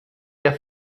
der